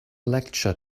lecture